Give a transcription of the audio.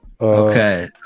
Okay